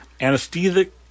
anesthetic